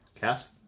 Cast